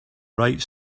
right